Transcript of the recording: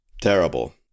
terrible